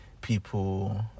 people